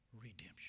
redemption